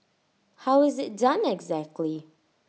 how is IT done exactly